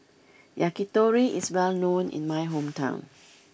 Yakitori is well known in my hometown